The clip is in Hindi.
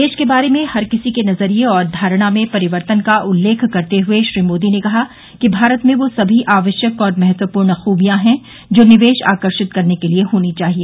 देश के बारे में हर किसी के नजरिए और धारणा में परिवर्तन का उल्लेख करते हुए श्री मोदी ने कहा कि भारत में वे समी आवश्यक और महत्वपूर्ण खूबियां हैं जो निवेश आकर्षित करने के लिए होनी चाहिए